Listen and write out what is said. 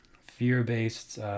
fear-based